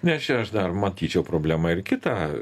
nes čia aš dar matyčiau problemą ir kitą